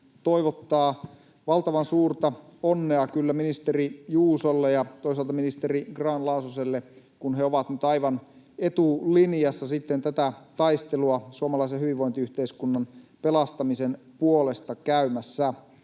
toivottaa valtavan suurta onnea ministeri Juusolle ja toisaalta ministeri Grahn-Laasoselle, kun he ovat nyt aivan etulinjassa sitten tätä taistelua suomalaisen hyvinvointiyhteiskunnan pelastamisen puolesta käymässä.